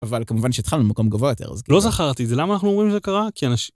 אבל כמובן שהתחלנו במקום גבוה יותר, אז לא זכרתי. זה למה אנחנו אומרים שזה קרה? כי אנשים...